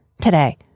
today